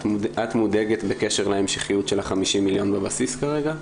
את מודאגת בקשר להמשכיות של ה-50 מיליון בבסיס כרגע?